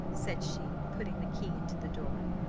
said she, putting the key into the door.